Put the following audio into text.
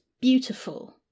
beautiful